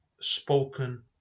spoken